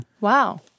Wow